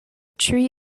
tree